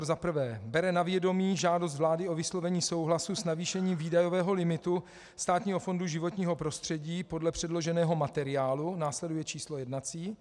1. bere na vědomí žádost vlády o vyslovení souhlasu s navýšením výdajového limitu Státního fondu životního prostředí podle předloženého materiálu následuje číslo jednací.